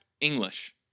English